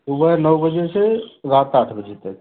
सुबह नौ बजे से रात आठ बजे तक